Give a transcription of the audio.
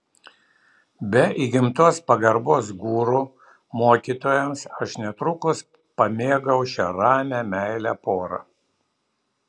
be įgimtos pagarbos guru mokytojams aš netrukus pamėgau šią ramią meilią porą